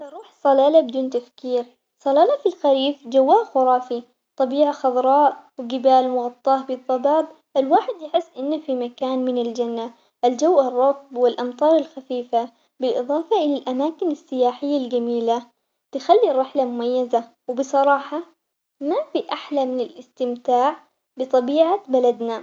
أروح صلالة بدون تفكير، صلالة في الخريف جوها خرافي طبيعة خضراء وجبال مغطاة بالخضار، الواحد يحس إنه في مكان من الجنة الجو الرطب والأمطار الخفيفة بالإضافة إلى الأماكن السياحية الجميلة تخلي الرحلة مميزة، وبصراحة ما في أحلى من الاستمتاع بطبيعة بلدنا.